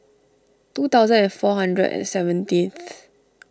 two thousand and four hundred and seventeenth